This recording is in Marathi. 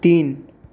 तीन